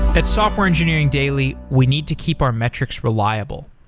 at software engineering daily, we need to keep our metrics reliable.